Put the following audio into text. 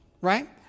Right